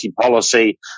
policy